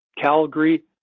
Calgary